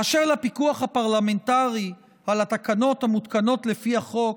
באשר לפיקוח הפרלמנטרי על התקנות המותקנות לפי החוק